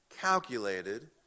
calculated